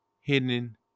Hidden